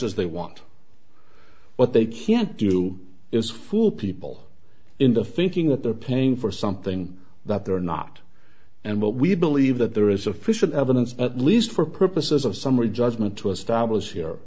as they want what they can't do is fool people into thinking that they're paying for something that they're not and what we believe that there is sufficient evidence at least for purposes of summary judgment to establish here